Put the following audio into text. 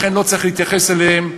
לכן לא צריך להתייחס אליהם.